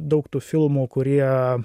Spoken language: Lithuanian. daug tų filmų kurie